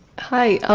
hi.